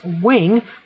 wing